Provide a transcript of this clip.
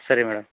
ಸರಿ ಮೇಡಮ್